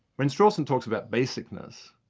when strawson talks about basicness,